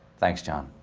thanks, jon.